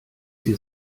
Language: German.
sie